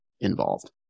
involved